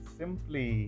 simply